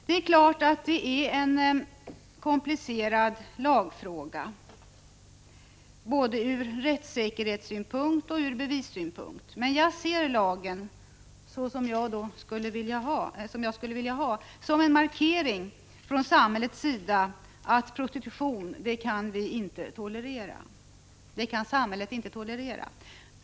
Det är klart att detta är en komplicerad lagfråga, både ur rättssäkerhetssynpunkt och ur bevissynpunkt. Men jag ser lagen — den lag jag skulle vilja ha — som en markering från samhällets sida att prostitution kan samhället inte tolerera.